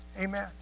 Amen